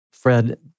Fred